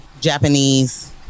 japanese